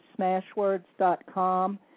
smashwords.com